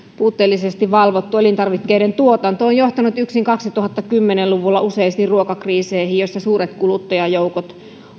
puutteellisesti valvottu elintarvikkeiden tuotanto on johtanut yksin kaksituhattakymmenen luvulla useisiin ruokakriiseihin joissa suuret kuluttajajoukot